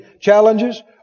challenges